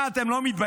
מה, אתם לא מתביישים?